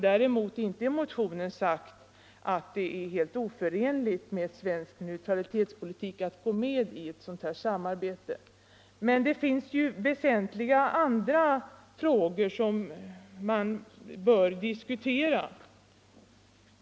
Däremot har vi i motionen inte sagt att det är helt oförenligt med svensk neutralitetspolitik att gå med i ett sådant samarbete, men vi har sagt att det ju finns andra väsentliga frågor som man bör diskutera.